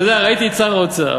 אתה יודע, ראיתי את שר האוצר,